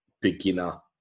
beginner